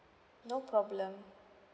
no problem